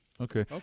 Okay